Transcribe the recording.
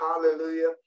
Hallelujah